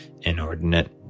inordinate